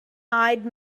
eyed